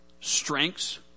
strengths